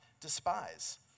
despise